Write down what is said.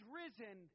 risen